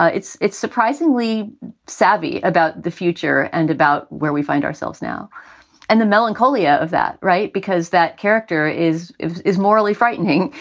ah it's it's surprisingly savvy about the future and about where we find ourselves now and the melancholia of that. right. because that character is is morally frightening.